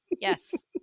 Yes